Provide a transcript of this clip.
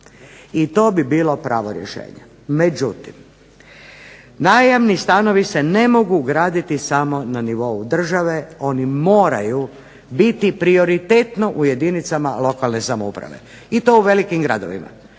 i to bi bilo pravo rješenje. Međutim, najamni stanovi se ne mogu graditi samo na nivou države. Oni moraju biti prioritetno u jedinicama lokalne samouprave i to u velikim gradovima.